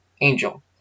angel